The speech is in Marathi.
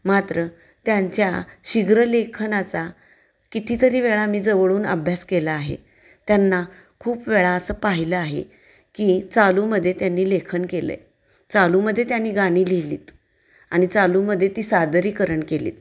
मात्र त्यांच्या शीघ्र लेखनाचा कितीतरी वेळा मी जवळून अभ्यास केला आहे त्यांना खूप वेळा असं पाहिलं आहे की चालूमध्ये त्यांनी लेखन केलंय चालूमध्ये त्यांनी गाणी लिहिलीत आणि चालूमध्ये ती सादरीकरण केलीत